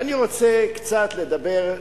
ואני רוצה קצת לדבר,